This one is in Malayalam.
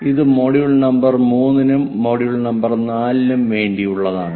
ഇത് മൊഡ്യൂൾ നമ്പർ 3 നും മൊഡ്യൂൾ നമ്പർ 4 നും വേണ്ടിയുള്ളതാണ്